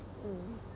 mm